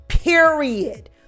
Period